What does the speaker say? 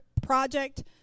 project